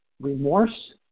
remorse